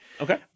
Okay